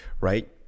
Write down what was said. Right